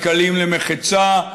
כלכליים למחצה,